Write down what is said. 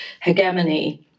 hegemony